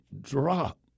drop